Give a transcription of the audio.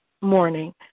morning